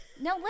No